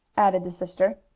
added the sister.